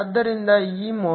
ಆದ್ದರಿಂದ ಈ ಮೌಲ್ಯವು 2